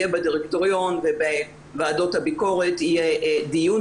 יהיה בדירקטוריון ובוועדות הביקורת דיון